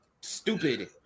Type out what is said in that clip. stupid